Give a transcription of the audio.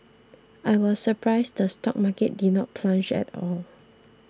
I was surprised the stock market didn't plunge at all